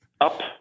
up